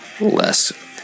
less